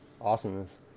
Awesomeness